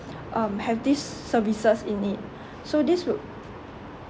um have these services in it so this would